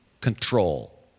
control